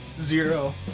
Zero